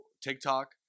TikTok